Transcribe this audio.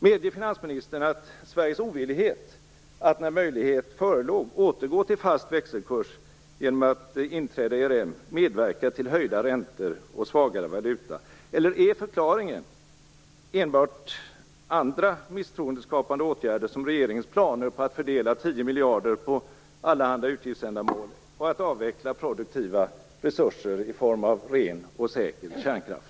Medger finansministern att Sveriges ovillighet att när möjlighet förelåg återgå till fast växelkurs genom att inträda i ERM medverkar till höjda räntor och svagare valuta, eller är förklaringen enbart andra misstroendeskapande åtgärder, som regeringens planer på att fördela 10 miljarder på allehanda utgiftsändamål och att avveckla produktiva resurser i form av ren och säker kärnkraft?